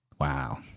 Wow